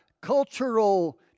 cultural